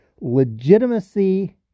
Legitimacy